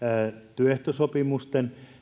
työehtosopimusten